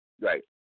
right